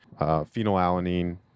phenylalanine